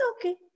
okay